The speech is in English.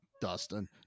Dustin